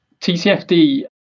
TCFD